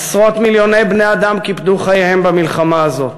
עשרות מיליוני בני-אדם קיפדו חייהם במלחמה הזו,